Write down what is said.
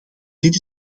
dit